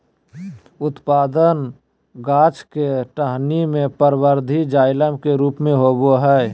उत्पादन गाछ के टहनी में परवर्धी जाइलम के रूप में होबय हइ